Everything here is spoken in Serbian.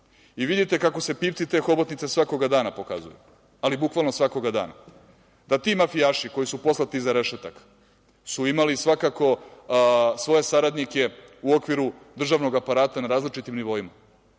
I vidite kako se pipci te hobotnice svakog dana pokazuju, ali bukvalno svakoga dana, da ti mafijaši koji su poslati iza rešetaka su imali svakako svoje saradnike u okviru državnog aparata na različitim nivoima,